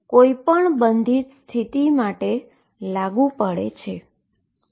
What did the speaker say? જે કોઈપણ bound state માટે લાગુ પડે છે